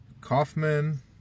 Kaufman